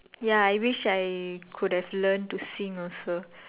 ya I wish I could have learnt to sing also